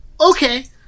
Okay